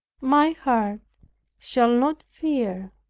my heart shall not fear.